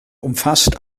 umfasst